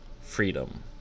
freedom